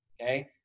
okay